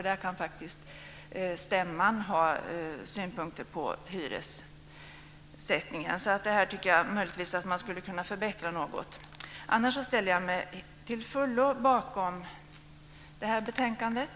Där kan stämman ha synpunkter på hyressättningen. Det här skulle kunna förbättras något. Annars ställer jag mig till fullo bakom betänkandet.